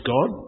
God